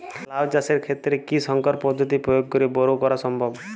লাও চাষের ক্ষেত্রে কি সংকর পদ্ধতি প্রয়োগ করে বরো করা সম্ভব?